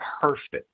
perfect